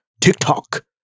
TikTok